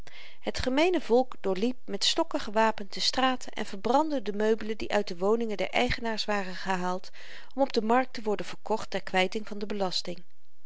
het gemeene volk doorliep met stokken gewapend de straten en verbrandde de meubelen die uit de woningen der eigenaars waren gehaald om op de markt te worden verkocht ter kwyting van de belasting